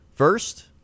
First